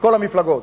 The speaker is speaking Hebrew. מכל המפלגות: